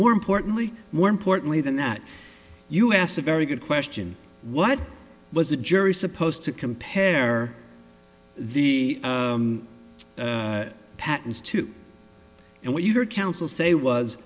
more importantly more importantly than that you asked a very good question what was the jury supposed to compare the patents to and what you heard counsel say was